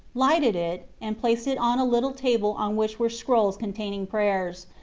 lighted it, and placed it on a little table on which were scrolls containing prayers,